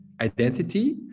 identity